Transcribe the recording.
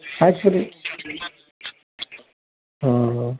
ସାତ୍ ତାରିଖ୍ ହଁ ହଁ